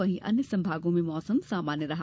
वहीं अन्य संभागों में मौसम सामान्य रहा